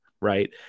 right